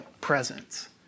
presence